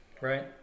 right